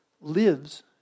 lives